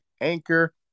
Anchor